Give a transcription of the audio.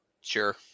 Sure